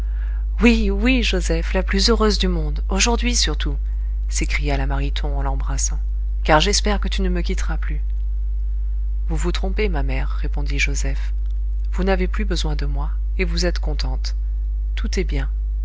oui oui joseph la plus heureuse du monde aujourd'hui surtout s'écria la mariton en l'embrassant car j'espère que tu ne me quitteras plus vous vous trompez ma mère répondit joseph vous n'avez plus besoin de moi et vous êtes contente tout est bien